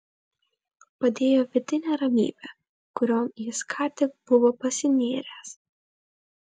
padėjo vidinė ramybė kurion jis ką tik buvo pasinėręs